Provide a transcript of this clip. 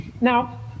Now